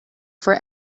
for